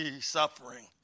Suffering